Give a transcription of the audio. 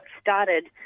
started